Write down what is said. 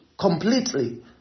Completely